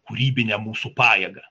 kūrybinę mūsų pajėgą